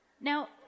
Now